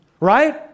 Right